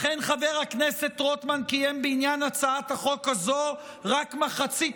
לכן חבר הכנסת רוטמן קיים בעניין הצעת החוק הזו רק מחצית